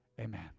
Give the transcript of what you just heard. Amen